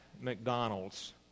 McDonald's